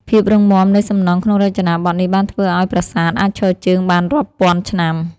ភាពរឹងមាំនៃសំណង់ក្នុងរចនាបថនេះបានធ្វើឱ្យប្រាសាទអាចឈរជើងបានរាប់ពាន់ឆ្នាំ។